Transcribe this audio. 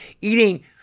eating